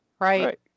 Right